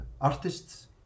artists